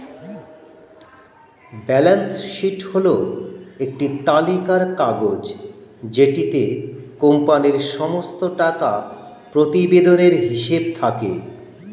balance sheet হল একটি তালিকার কাগজ যেটিতে কোম্পানির সমস্ত টাকা প্রতিবেদনের হিসেব থাকে